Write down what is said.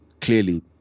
clearly